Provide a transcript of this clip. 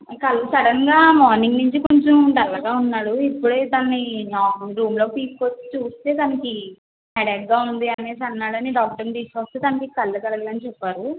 కళ్ళు సడన్గా మార్నింగ్ నుంచి కొంచెం డల్గా ఉన్నాడు ఇప్పుడే తనని రూమ్లోకి తీసుకొచ్చి చూస్తే తనకి హెడేక్గా ఉంది అనేసి అన్నాడని డాక్టర్ను తీసుకొస్తే తనకి కండ్ల కలకలు అని చెప్పారు